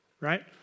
Right